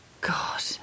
God